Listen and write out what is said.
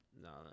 No